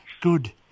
good